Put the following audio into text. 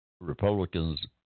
Republicans